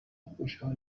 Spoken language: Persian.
خوشحال